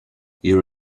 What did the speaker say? your